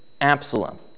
Absalom